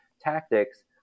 tactics